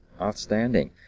Outstanding